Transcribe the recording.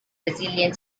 brazilian